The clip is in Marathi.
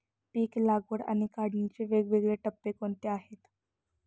पीक लागवड आणि काढणीचे वेगवेगळे टप्पे कोणते आहेत?